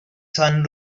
sun